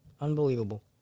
Unbelievable